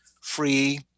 free